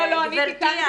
גברתי,